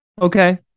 Okay